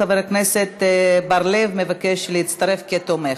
38 חברי כנסת בעד, אין מתנגדים, אין נמנעים.